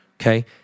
okay